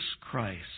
Christ